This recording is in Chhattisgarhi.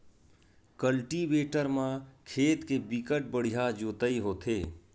कल्टीवेटर म खेत के बिकट बड़िहा जोतई होथे